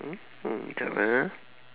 mmhmm jap eh